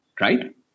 right